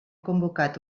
convocat